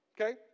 Okay